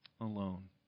alone